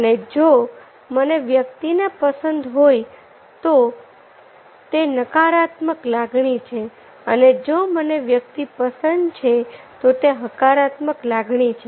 અને જો મને વ્યક્તિના પસંદ હોય તો તે નકારાત્મક લાગણી છે અને જો મને વ્યક્તિ પસંદ છે તો તે હકારાત્મક લાગણી છે